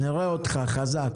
בבקשה.